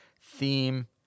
theme